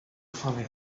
funny